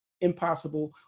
impossible